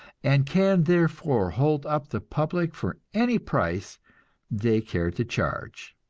and can therefore hold up the public for any price they care to charge.